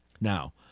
Now